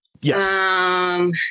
Yes